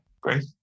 Great